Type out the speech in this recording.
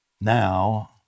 Now